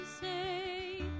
say